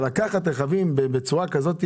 אבל לקחת רכבים בצורה כזאת,